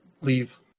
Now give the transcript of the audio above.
leave